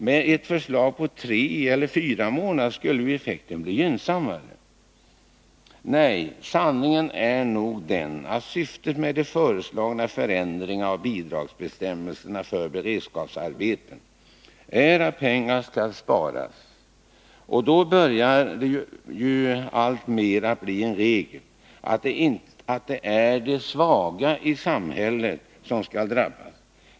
Med ett förslag på tre eller fyra månader skulle ju effekten bli ännu gynnsammare. Nej, sanningen är nog den att syftet med de föreslagna förändringarna av bidragsbestämmelserna för beredskapsarbeten är att pengar skall sparas, och då börjar det ju alltmer att bli en regel att det är de svaga i samhället som skall drabbas.